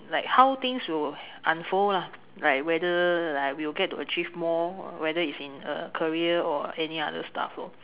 it how things will unfold lah like whether like we will get to achieve more whether is in a career or any other stuff lor